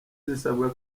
zirasabwa